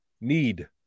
need